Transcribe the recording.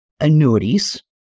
annuities